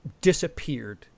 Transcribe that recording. disappeared